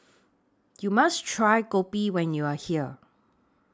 YOU must Try Kopi when YOU Are here